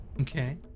Okay